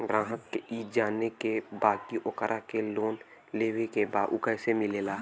ग्राहक के ई जाने के बा की ओकरा के लोन लेवे के बा ऊ कैसे मिलेला?